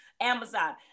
Amazon